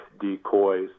decoys